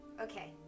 Okay